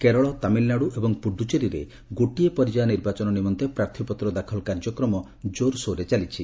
କେରଳ ତାମିଲନାଡୁ ଏବଂ ପୁଡୁଚେରୀରେ ଗୋଟିଏ ପର୍ଯ୍ୟାୟ ନିର୍ବାଚନ ନିମନ୍ତେ ପ୍ରାର୍ଥୀପତ୍ର ଦାଖଲ କାର୍ଯ୍ୟକ୍ରମ କୋର୍ସୋର୍ରେ ଚାଲିଛି